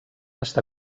està